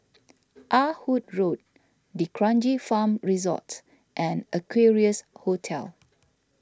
Ah Hood Road D'Kranji Farm Resort and Equarius Hotel